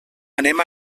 anem